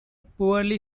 poorly